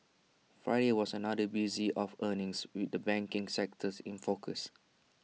Friday was another busy day of earnings with the banking sectors in focus